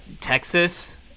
Texas